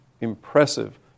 impressive